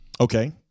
Okay